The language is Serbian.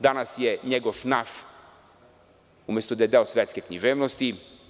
Danas je Njegoš naš umesto da je deo svetske književnosti.